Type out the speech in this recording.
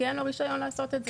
כי אין לו רישיון לעשות את זה.